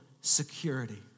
security